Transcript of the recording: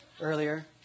earlier